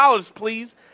please